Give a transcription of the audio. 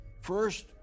First